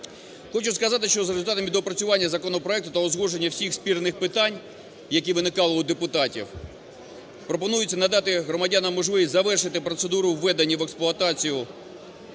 Хочу сказати, що за результатами доопрацювання законопроекту та узгодження всіх спірних питань, які виникали у депутатів пропонується надати громадянам можливість завершення процедури введення в експлуатацію